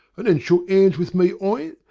and then shook ands with me on it,